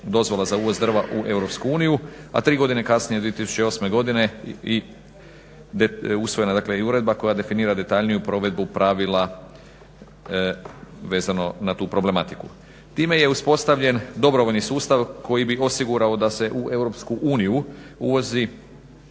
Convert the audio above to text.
dozvola za uvoz drva u Europsku uniju a tri godine kasnije 2008. godine usvojena je dakle i uredba koja definira detaljniju provedbu pravila vezano na tu problematiku. Time je uspostavljen dobrovoljni sustav koji bi osigurao da se u Europsku